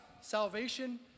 salvation